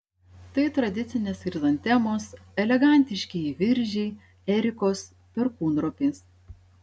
tai tradicinės chrizantemos elegantiškieji viržiai erikos perkūnropės